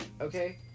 okay